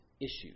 issues